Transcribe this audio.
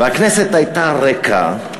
והכנסת הייתה ריקה,